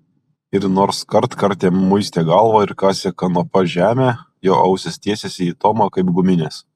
ir nors kartkartėm muistė galvą ir kasė kanopa žemę jo ausys tiesėsi į tomą kaip guminės